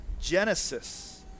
Genesis